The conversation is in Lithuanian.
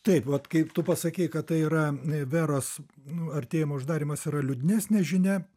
taip vat kai tu pasakei kad tai yra veros nu artėjimo uždarymas yra liūdnesnė žinia